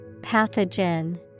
Pathogen